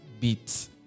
beats